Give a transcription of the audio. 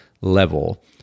level